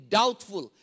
doubtful